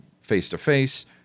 face-to-face